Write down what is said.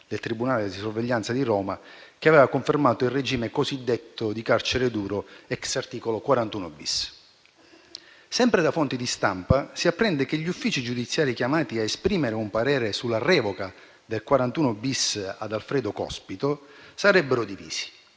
del tribunale di sorveglianza di Roma, che aveva confermato il regime di cosiddetto carcere duro, ai sensi dell'articolo 41-*bis*. Sempre da fonti di stampa si apprende che gli uffici giudiziari chiamati a esprimere un parere sulla revoca del 41-*bis* ad Alfredo Cospito sarebbero divisi.